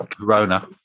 Corona